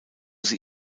sie